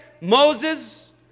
Moses